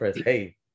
hey